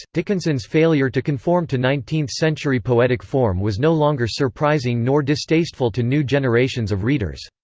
dickinson's failure to conform to nineteenth century poetic form was no longer surprising nor distasteful to new generations of readers.